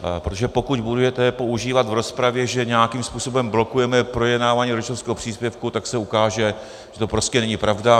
Protože pokud budete používat v rozpravě, že nějakým způsobem blokujeme projednávání rodičovského příspěvku, tak se ukáže, že to prostě není pravda.